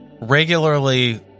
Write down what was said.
regularly